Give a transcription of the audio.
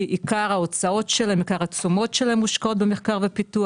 כי עיקר ההוצאות שלהם עיקר התשומות שלהם מושקעות במחקר ופיתוח,